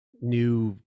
new